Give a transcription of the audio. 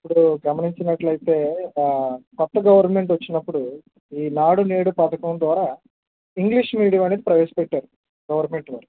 ఇప్పుడు గమనించినట్లయితే కొత్త గవర్నమెంట్ వచ్చినపుడు ఈ నాడు నేడు పథకం ద్వారా ఇంగ్లీష్ మీడియం అనేది ప్రవేశపెట్టారు గవర్నమెంట్ వారు